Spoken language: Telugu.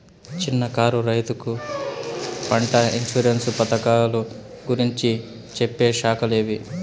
చిన్న కారు రైతుకు పంట ఇన్సూరెన్సు పథకాలు గురించి చెప్పే శాఖలు ఏవి?